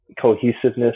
cohesiveness